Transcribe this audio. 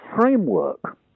framework